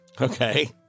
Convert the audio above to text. Okay